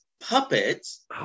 puppets